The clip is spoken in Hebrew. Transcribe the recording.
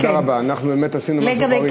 אנחנו באמת עשינו משהו חריג.